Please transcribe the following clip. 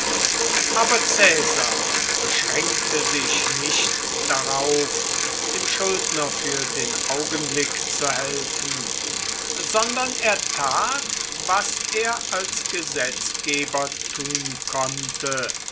aber caesar beschränkte sich nicht darauf dem schuldner für den augenblick zu helfen sondern er tat was er als gesetzgeber tun konnte